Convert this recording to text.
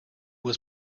was